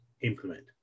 implement